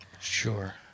Sure